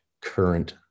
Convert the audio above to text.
current